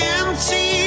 empty